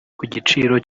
kugiciro